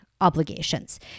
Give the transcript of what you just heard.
obligations